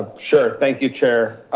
sure, thank you, chair.